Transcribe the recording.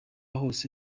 hose